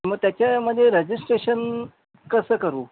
मग त्याच्यामध्ये रजिस्ट्रेशन कसं करू